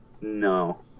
No